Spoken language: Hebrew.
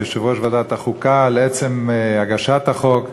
יושב-ראש ועדת החוקה על עצם הגשת החוק,